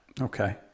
Okay